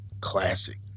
Classic